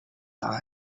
eye